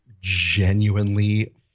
genuinely